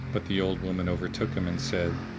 but the old woman overtook him, and said,